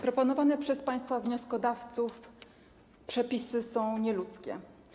Proponowane przez państwa wnioskodawców przepisy są nieludzkie.